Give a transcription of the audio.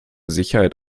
sicherheit